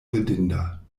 ridinda